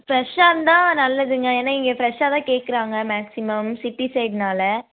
ஃப்ரெஷ்ஷாக இருந்தா நல்லதுங்க ஏன்னா இங்க ஃப்ரெஷ்ஷாக தான் கேட்கறாங்க மேக்ஸிமம் சிட்டி சைட்னால்